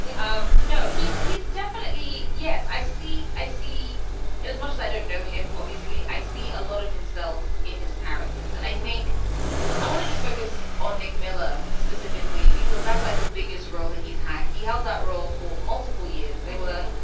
um no, he's he's definitely. yes, i see. i see it as much as i don't know him, obviously. i see a lot of himself in his characters. and i think i want to just focus on nick miller specifically, because that's like the biggest role that he's had. he held that role for multiple years. they were,